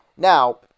Now